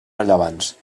rellevants